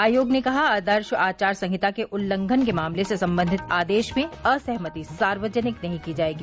आयोग ने कहा आदर्श आचार संहिता के उल्लंघन के मामलों से संबंधित आदेश में असहमति सार्वजनिक नहीं की जाएगी